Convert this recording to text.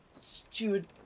Steward